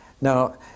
Now